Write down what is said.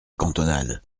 cantonade